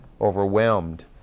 overwhelmed